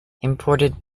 imported